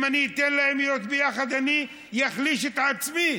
אם אני אתן להם להיות ביחד אני אחליש את עצמי.